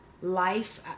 life